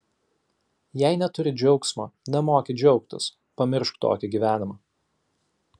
jei neturi džiaugsmo nemoki džiaugtis pamiršk tokį gyvenimą